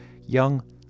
young